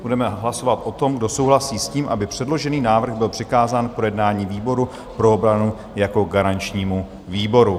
Budeme hlasovat o tom, kdo souhlasí s tím, aby předložený návrh byl přikázán k projednání výboru pro obranu jako garančnímu výboru.